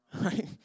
right